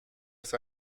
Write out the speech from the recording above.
ist